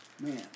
Man